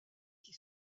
qui